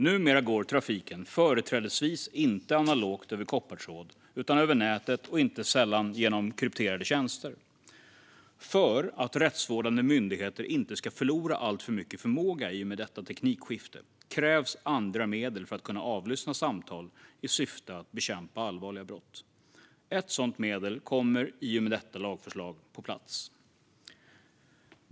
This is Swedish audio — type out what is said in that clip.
Numera går trafiken företrädesvis inte analogt över koppartråd utan över nätet och inte sällan genom krypterade tjänster. För att rättsvårdande myndigheter inte ska förlora alltför mycket förmåga i och med detta teknikskifte krävs andra medel för att kunna avlyssna samtal i syfte att bekämpa allvarliga brott. Ett sådant medel kommer på plats i och med detta lagförslag.